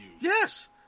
Yes